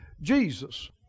Jesus